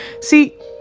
See